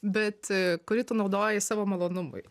bet kurį tu naudoji savo malonumui